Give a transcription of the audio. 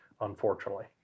unfortunately